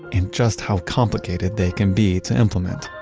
and just how complicated they can be to implement